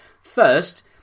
First